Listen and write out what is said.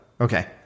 Okay